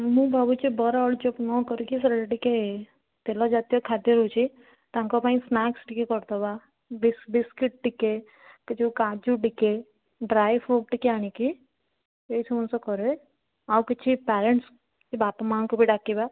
ମୁଁ ଭାବୁଛି ବରା ଆଳୁଚପ୍ ନ କରିକି ସେଇଟା ଟିକେ ତେଲ ଜାତୀୟ ଖାଦ୍ୟ ହେଉଛି ତାଙ୍କ ପାଇଁ ସ୍ନାକ୍ସ ଟିକେ କରିଦେବା ବିସ୍କୁଟ୍ ଟିକେ ଯେଉଁ କାଜୁ ଟିକେ ଡ୍ରାଏ ଫ୍ରୁଟ୍ ଟିକେ ଆଣିକି ଏସବୁ କରେ ଆଉ କିଛି ପ୍ୟାରେଣ୍ଟସ୍ ବାପା ମାଆଙ୍କୁ ବି ଡାକିବା